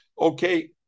Okay